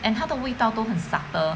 and 它的味道都很 subtle